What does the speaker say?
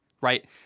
right